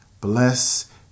Bless